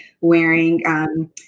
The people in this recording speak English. wearing